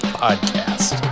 podcast